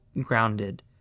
grounded